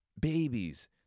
babies